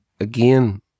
again